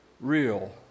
real